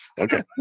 Okay